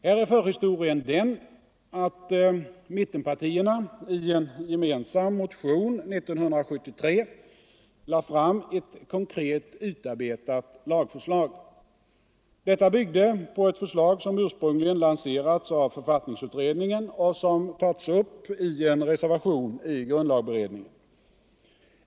Här är förhistorien den att mittenpartierna i en gemensam motion 1973 lade fram ett konkret utarbetat lagförslag. Detta byggde på ett förslag som ursprungligen lanserats av författningsutredningen och som tagits upp i en reservation i grundlagberedningen.